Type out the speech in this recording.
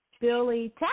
Billy